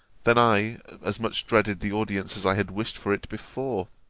then i as much dreaded the audience as i had wished for it before.